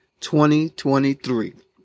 2023